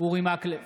אורי מקלב,